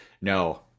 no